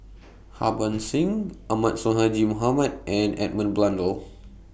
Harbans Singh Ahmad Sonhadji Mohamad and Edmund Blundell